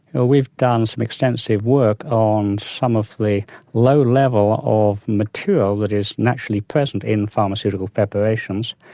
ah we've done some extensive work on some of the low level of material that is naturally present in pharmaceutical preparations.